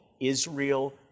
Israel